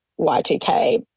Y2K